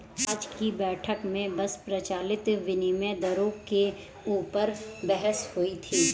आज की बैठक में बस प्रचलित विनिमय दरों के ऊपर बहस हुई थी